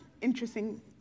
interesting